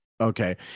Okay